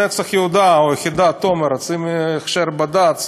"נצח יהודה" או יחידת "תומר" רוצים הכשר בד"ץ